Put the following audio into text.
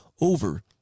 over